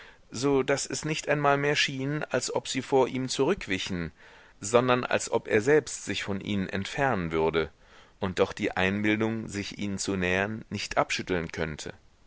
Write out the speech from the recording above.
so daß es nicht einmal mehr schien als ob sie vor ihm zurückwichen sondern als ob er selbst sich von ihnen entfernen würde und doch die einbildung sich ihnen zu nähern nicht abschütteln könnte